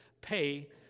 pay